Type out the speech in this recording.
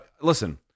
listen